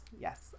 yes